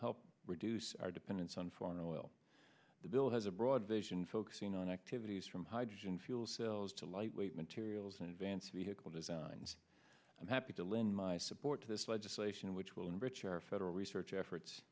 help reduce our dependence on foreign oil the bill has a broad vision focusing on activities from hydrogen fuel cells to lightweight materials and advanced vehicle designs i'm happy to lend my support to this legislation which will enrich our federal research efforts